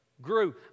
grew